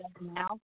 now